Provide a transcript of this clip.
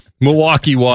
Milwaukee